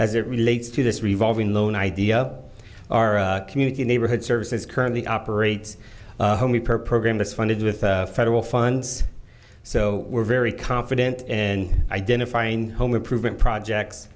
as it relates to this revolving loan idea our community neighborhood services currently operates homi per program that's funded with federal funds so we're very confident in identifying home improvement projects